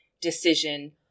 decision